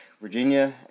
Virginia